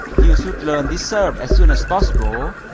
you should learn this serve as soon as possible.